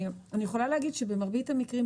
אני יכולה להגיד שבמרבית המקרים,